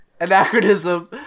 anachronism